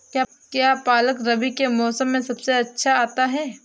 क्या पालक रबी के मौसम में सबसे अच्छा आता है?